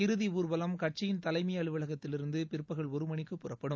இறுதி ஊர்வலம் கட்சியின் தலைமை அலுவலகத்திலிருந்து பிற்பகல் ஒரு மணிக்கு புறப்படும்